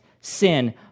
sin